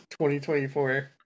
2024